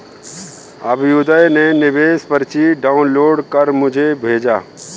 अभ्युदय ने निवेश पर्ची डाउनलोड कर मुझें भेजा